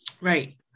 Right